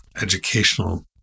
educational